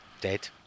Dead